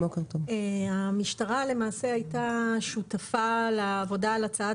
המשטרה הייתה שותפה לעבודה על הצעת